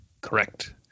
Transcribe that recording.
Correct